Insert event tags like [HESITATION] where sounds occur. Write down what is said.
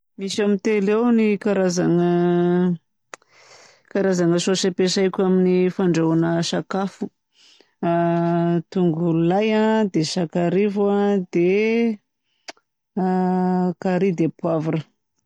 Misy eo amin'ny telo eo ny karazagna, [HESITATION] karazagna saosy ampiasaiko amin'ny fandrahoagna sakafo: [HESITATION] tongolo lay a, dia sakarivo a, dia [HESITATION] curry dia poivre.